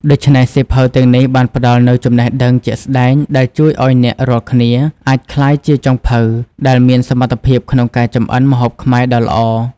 ដូច្នេះ សៀវភៅទាំងនេះបានផ្ដល់នូវចំណេះដឹងជាក់ស្ដែងដែលជួយឲ្យអ្នករាល់គ្នាអាចក្លាយជាចុងភៅដែលមានសមត្ថភាពក្នុងការចម្អិនម្ហូបខ្មែរដ៏ល្អ។